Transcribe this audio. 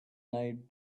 night